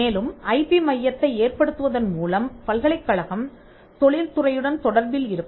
மேலும் I P மையத்தை ஏற்படுத்துவதன் மூலம் பல்கலைக்கழகம் தொழில் துறையுடன் தொடர்பில் இருக்கும்